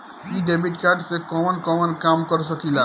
इ debit card से कवन कवन काम कर सकिला?